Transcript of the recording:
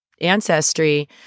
Ancestry